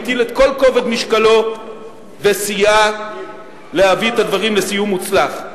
הטיל את כל כובד משקלו וסייע להביא את הדברים לסיום מוצלח.